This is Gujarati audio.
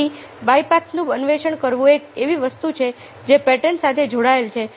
તેથી બાયપાથનું અન્વેષણ કરવું એ એક એવી વસ્તુ છે જે પેટર્ન સાથે જોડાયેલી છે